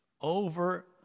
over